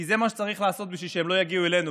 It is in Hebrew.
כי זה מה שצריך לעשות בשביל שהם לא יגיעו אלינו.